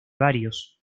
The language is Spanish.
varios